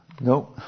No